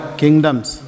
kingdoms